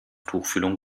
tuchfühlung